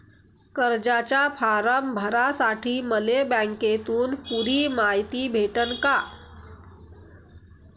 कर्जाचा फारम भरासाठी मले बँकेतून पुरी मायती भेटन का?